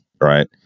Right